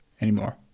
anymore